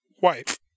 wife